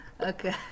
Okay